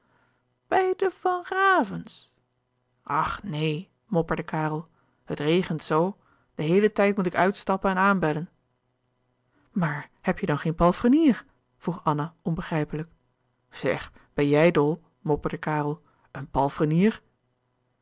de van ravens ach neen mopperde karel het regent zoo den heelen tijd moet ik uitstappen en aanbellen maar heb je dan geen palfrenier vroeg anna onbegrijpelijk zeg ben jij dol mopperde karel een palfrenier